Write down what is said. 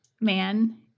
man